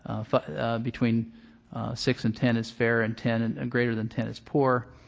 between six and ten is fair and ten and and greater than ten is poor.